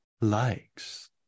likes